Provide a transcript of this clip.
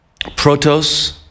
protos